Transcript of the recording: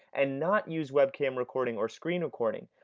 and not use webcam recording or screen recording,